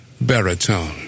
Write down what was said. baritone